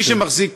מי שמחזיק